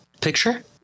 picture